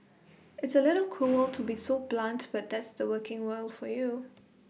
it's A little cruel to be so blunt but that's the working world for you